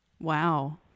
Wow